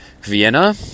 Vienna